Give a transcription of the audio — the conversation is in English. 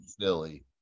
Silly